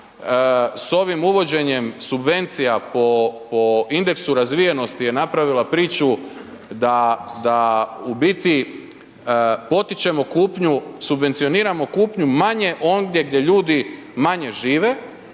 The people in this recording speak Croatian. s ovim uvođenjem subvencija po indeksu razvijenosti je napravila priču da u biti potičemo kupnju, subvencioniramo kupnju manje ondje gdje ljudi manje žive